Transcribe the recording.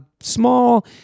small